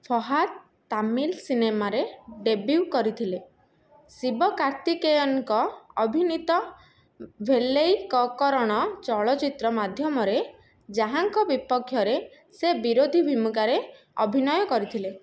Fahad Tamil ସିନେମାରେ debut କରିଥିଲେ ଶିବକାର୍ତ୍ତିକେୟନଙ୍କ ଅଭିନୀତ ଭେଲେଇକକରଣ ଚଳଚ୍ଚିତ୍ର ମାଧ୍ୟମରେ ଯାହାଙ୍କ ବିପକ୍ଷରେ ସେ ବିରୋଧୀ ଭୂମିକାରେ ଅଭିନୟ କରିଥିଲେ